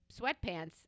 sweatpants